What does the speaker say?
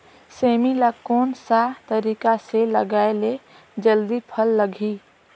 सेमी ला कोन सा तरीका से लगाय ले जल्दी फल लगही?